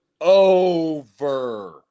over